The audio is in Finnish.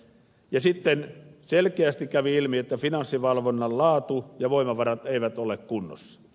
sitten selkeästi kävi ilmi että finanssivalvonnan laatu ja voimavarat eivät ole kunnossa